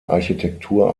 architektur